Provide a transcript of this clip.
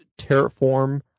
Terraform